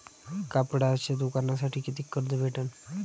कापडाच्या दुकानासाठी कितीक कर्ज भेटन?